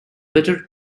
bitter